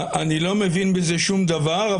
אני לא מבין בזה שום דבר,